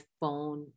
phone